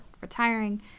retiring